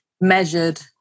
measured